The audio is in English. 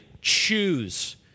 choose